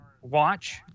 watch